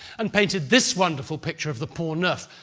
and painted this wonderful picture of the pont neuf,